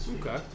Okay